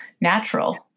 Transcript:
natural